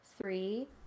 three